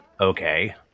okay